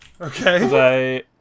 Okay